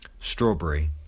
Strawberry